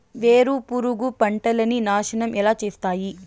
వేరుపురుగు పంటలని నాశనం ఎలా చేస్తాయి?